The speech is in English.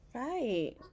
right